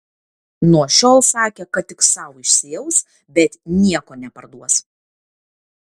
nuo šiol sakė kad tik sau išsiaus bet nieko neparduos